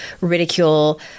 ridicule